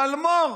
פלמור,